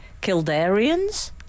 Kildarians